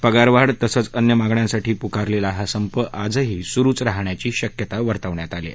पगारवाढ तसं अन्य मागण्यांसाठी पुकालेला हा संप आजही सुरुच राहण्याची शक्यता वर्तवण्यात आली आहे